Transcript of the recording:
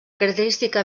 característica